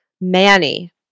Manny